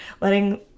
letting